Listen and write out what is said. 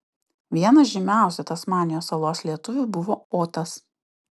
vienas žymiausių tasmanijos salos lietuvių buvo otas